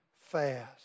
fast